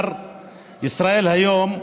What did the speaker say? באתר ישראל היום: